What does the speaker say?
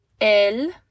el